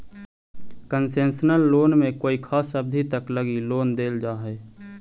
concessional loan में कोई खास अवधि तक लगी लोन देल जा हइ